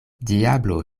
diablo